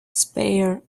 spare